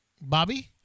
Bobby